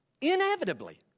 inevitably